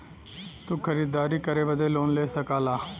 तू खरीदारी करे बदे लोन ले सकला